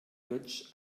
götsch